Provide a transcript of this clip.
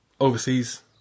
overseas